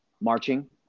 marching